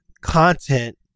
content